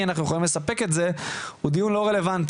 אנחנו יכולים לספק את זה הוא דיון לא רלוונטי.